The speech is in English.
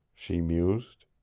she mused.